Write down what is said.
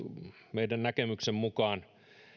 meidän näkemyksemme mukaan